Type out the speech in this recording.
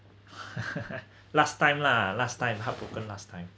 last time lah last time heartbroken broken last time